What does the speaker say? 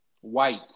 white